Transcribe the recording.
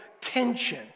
tension